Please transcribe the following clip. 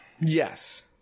yes